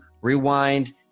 rewind